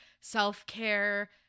self-care